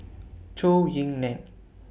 Zhou Ying NAN